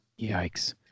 Yikes